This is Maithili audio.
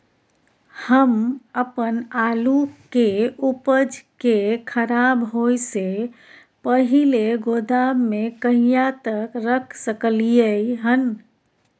हम अपन आलू के उपज के खराब होय से पहिले गोदाम में कहिया तक रख सकलियै हन?